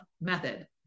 method